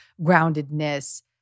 groundedness